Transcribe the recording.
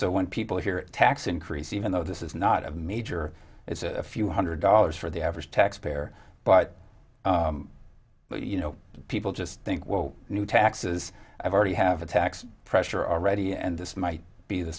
so when people hear tax increase even though this is not a major it's a few hundred dollars for the average taxpayer but you know people just think well new taxes i've already have a tax pressure already and this might be the